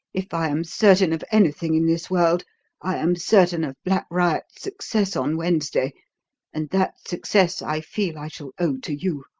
if i am certain of anything in this world i am certain of black riot's success on wednesday and that success i feel i shall owe to you.